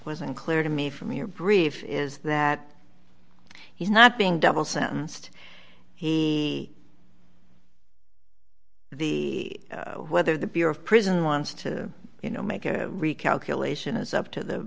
was unclear to me from your brief is that he's not being double sentenced he the whether the bureau of prisons wants to you know make a recalculation is up to the